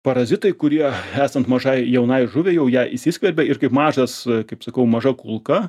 parazitai kurie esant mažai jaunai žuviai jau į ją įsiskverbia ir kaip mažas kaip sakau maža kulka